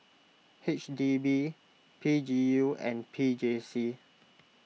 H D B P G U and P J C